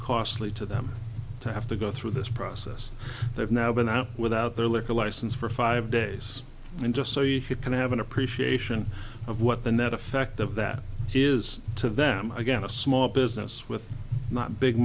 costly to them to have to go through this process they've now been without their liquor license for five days and just so you can have an appreciation of what the net effect of that is to them again a small business with not big